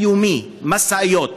משאיות,